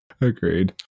Agreed